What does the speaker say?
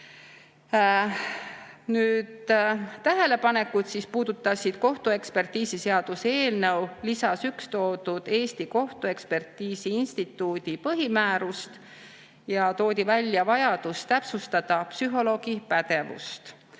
Nüüd, tähelepanekud puudutasid kohtuekspertiisiseaduse eelnõu lisas 1 toodud Eesti Kohtuekspertiisi Instituudi põhimäärust. Toodi välja vajadus täpsustada psühholoogi pädevust,